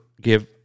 give